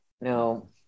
No